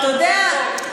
אתה יודע,